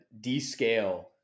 descale